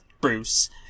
Bruce